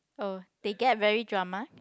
oh they get very drama